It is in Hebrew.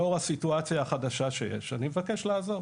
לאור הסיטואציה החדשה שיש אני מבקש לעזוב